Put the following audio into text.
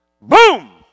Boom